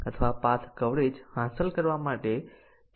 આપણે statement coverage branch coverage અને condition coverage જોયું હતું